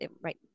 Right